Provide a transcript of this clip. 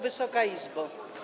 Wysoka Izbo!